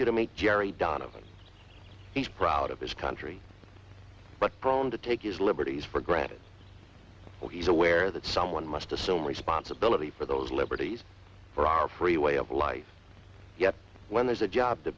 you to meet jerry donovan he's proud of his country but prone to take his liberties for granted well he's aware that some one must assume responsibility for those liberties for our free way of life yet when there's a job to